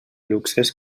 luxes